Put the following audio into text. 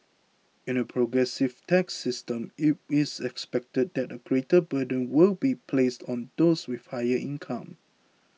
in a progressive tax system it is expected that a greater burden will be placed on those with higher income